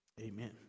amen